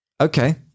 Okay